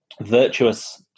virtuous